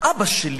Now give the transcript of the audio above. "אבא שלי